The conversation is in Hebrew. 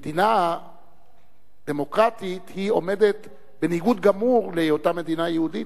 מדינה דמוקרטית עומדת בניגוד גמור להיותה מדינה יהודית,